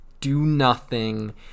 do-nothing